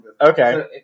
Okay